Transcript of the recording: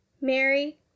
Mary